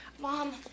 Mom